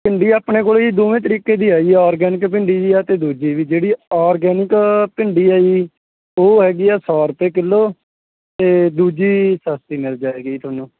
ਭਿੰਡੀ ਆਪਣੇ ਕੋਲ ਜੀ ਦੋਵੇਂ ਤਰੀਕੇ ਦੀ ਆਈ ਔਰਗੈਨਿਕ ਭਿੰਡੀ ਵੀ ਆ ਅਤੇ ਦੂਜੀ ਵੀ ਜਿਹੜੀ ਔਰਗੈਨਿਕ ਭਿੰਡੀ ਆ ਜੀ ਉਹ ਹੈਗੀ ਆ ਸੌ ਰੁਪਏ ਕਿੱਲੋ ਅਤੇ ਦੂਜੀ ਸਸਤੀ ਮਿਲ ਜਾਏਗੀ ਜੀ ਤੁਹਾਨੂੰ